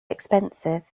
expensive